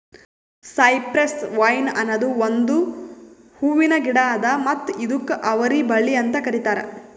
cypress vine ಅನದ್ ಒಂದು ಹೂವಿನ ಗಿಡ ಅದಾ ಮತ್ತ ಇದುಕ್ ಅವರಿ ಬಳ್ಳಿ ಅಂತ್ ಕರಿತಾರ್